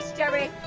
jerry!